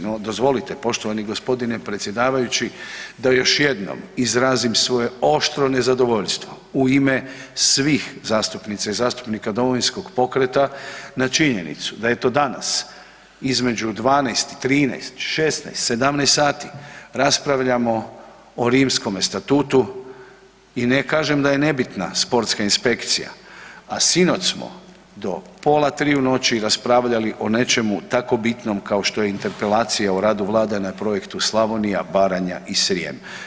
No dozvolite poštovani g. predsjedavajući da još jednom izrazim svoje oštro nezadovoljstvo u ime svih zastupnica i zastupnika Domovinskog pokreta na činjenicu da eto danas između 12 i 13, 16 i 17 sati raspravljamo o Rimskome statutu i ne kažem da je nebitna sportska inspekcija, a sinoć smo do pola 3 u noći raspravljali o nečemu tako bitnom kao što je Interpelacija o radu vlade na Projektu Slavonija, Baranja i Srijem.